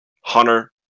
hunter